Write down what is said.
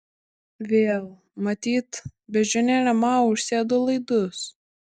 vėl matyt beždžionėlė mao užsėdo laidus